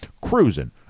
Cruising